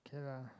okay lah